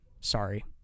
Sorry